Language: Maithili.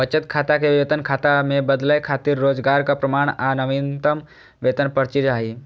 बचत खाता कें वेतन खाता मे बदलै खातिर रोजगारक प्रमाण आ नवीनतम वेतन पर्ची चाही